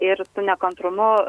ir su nekantrumu